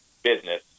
Business